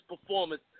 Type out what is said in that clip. performance